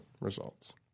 results